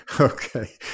Okay